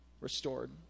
restored